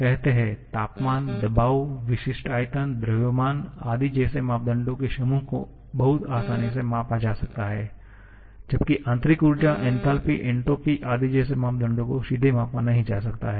कहते हैं तापमान दबाव विशिष्ट आयतन द्रव्यमान आदि जैसे मापदंडों के समूह को बहुत आसानी से मापा जा सकता है जबकि आंतरिक ऊर्जा एन्थालपी एन्ट्रापी आदि जैसे मापदंडों को सीधे मापा नहीं जा सकता है